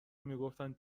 میگفتن